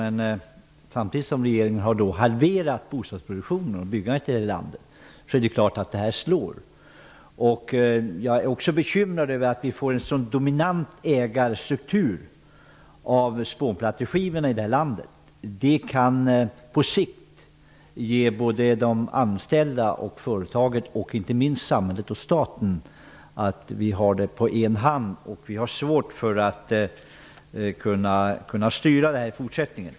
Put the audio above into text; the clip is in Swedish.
Men regeringen har halverat bostadsproduktionen och byggandet här i landet, och det är klart att det slår. Jag är också bekymrad över att ägarstrukturen när det gäller spånplatteskivor innebär att en ägare är så dominant. Det kan på sikt ge både de anställda och företagen och inte minst samhället och staten svårigheter. Verksamheten finns på en hand, och vi kommer att få svårt att styra den i fortsättningen.